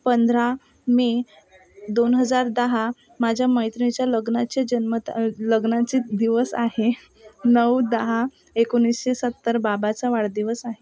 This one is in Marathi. पंधरा मे दोन हजार दहा माझ्या मैत्रिणीच्या लग्नाचे जन्मता लग्नाचे दिवस आहे नऊ दहा एकोणीसशे सत्तर बाबाचा वाढदिवस आहे